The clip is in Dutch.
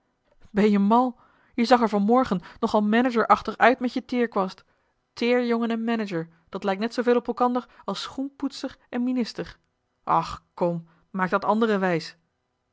ben je mal je zag er van morgen nogal managerachtig uit met je teerkwast teerjongen en manager dat lijkt net zooveel op elkander als schoenpoetser en minister och kom maak dat anderen wijs